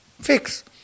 fix